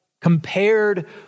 compared